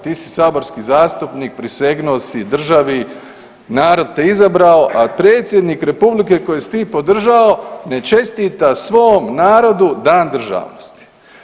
Ti si saborski zastupnik, prisegnuo si državi, narod te izabrao, a predsjednik republike kojeg si ti podržao ne čestita svom narodu Dan državnosti.